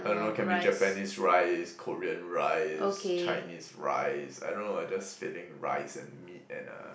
I don't know can be Japanese rice Korean rice Chinese rice I don't know I just feeling rice and meat and uh